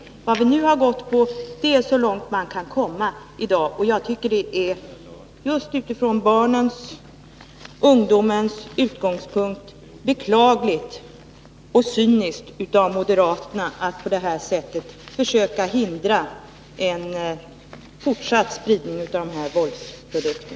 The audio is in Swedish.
Med det förslag vi nu stöder har vi gått så långt man kan komma i dag, och jag tycker att det just utifrån barnens och ungdomens utgångspunkt är beklagligt att moderaterna på det här cyniska sättet försöker hindra att vi sätter stopp för en fortsatt spridning av dessa våldsprodukter.